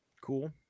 cool